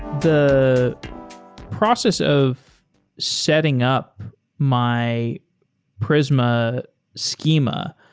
the process of setting up my prisma schema,